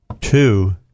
two